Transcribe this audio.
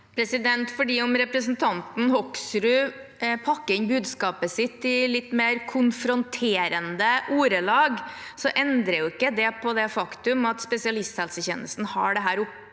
Selv om repre- sentanten Hoksrud pakker inn budskapet sitt i litt mer konfronterende ordelag, endrer ikke det på det faktum at spesialisthelsetjenesten har denne